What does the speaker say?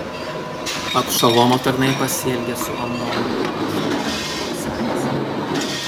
abšalomo tarnai pasielgė su amnonu kaip abšalomas buvo įsakęs